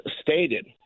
stated